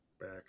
back